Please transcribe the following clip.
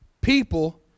people